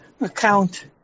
account